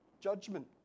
judgment